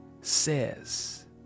says